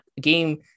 game